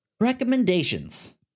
Recommendations